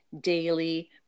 daily